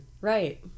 Right